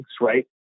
right